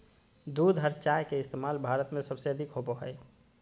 दूध आर चाय के इस्तमाल भारत में सबसे अधिक होवो हय